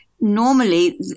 normally